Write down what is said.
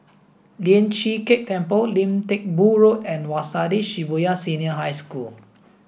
Lian Chee Kek Temple Lim Teck Boo Road and Waseda Shibuya Senior High School